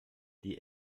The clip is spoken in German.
die